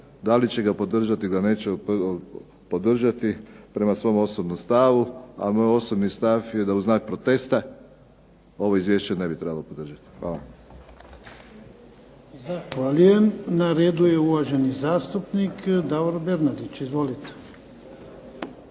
da li će ga podržati ili ga neće podržati prema svom osobnom stavu, a moj osobni stav u znak protesta ovo izvješće ne bi trebalo podržati. Hvala. **Jarnjak, Ivan (HDZ)** Zahvaljujem. Na redu je uvaženi zastupnik Davor Bernardić. Izvolite.